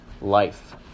life